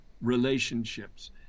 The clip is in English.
relationships